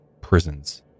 prisons